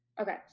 Okay